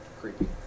Creepy